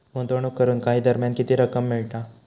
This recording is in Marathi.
गुंतवणूक करून काही दरम्यान किती रक्कम मिळता?